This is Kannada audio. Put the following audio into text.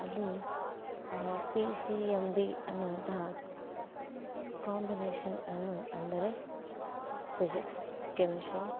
ಅಲ್ಲಿ ಪಿ ಸಿ ಎಮ್ ಬಿ ಅನ್ನುವಂತಹ ಕಾಂಬಿನೇಷನ್ ಅನ್ನು ಅಂದರೆ ಫಿಸಿಕ್ಸ್ ಕೆಮೆಸ್ಟ್ರಿ